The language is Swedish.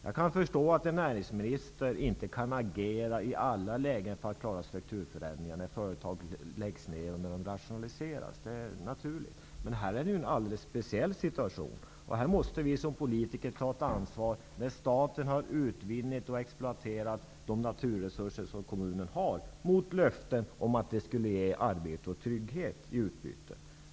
Jag kan förstå att en näringsminister inte i alla lägen kan agera för att klara strukturförändringar när företag rationaliserar eller läggs ner. Det är naturligt. Men detta är en alldeles speciell situation. Vi måste som politiker ta ett ansvar, när staten har utvunnit och exploaterat de naturresurser som kommunen har, mot löfte om att det skulle ge arbete och trygghet i utbyte.